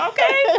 Okay